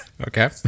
okay